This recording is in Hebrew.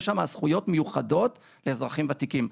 יש שם זכויות מיוחדות לאזרחים ותיקים.